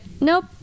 nope